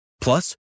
plus